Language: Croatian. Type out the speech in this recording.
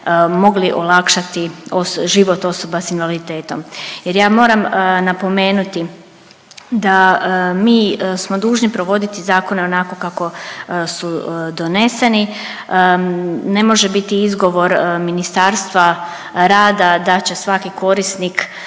mogli olakšati život osoba s invaliditetom. Jer ja moram napomenuti da mi smo dužni provoditi zakone onako kako su doneseni, ne može biti izgovor Ministarstva rada da će svaki korisnik